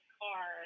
car